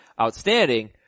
outstanding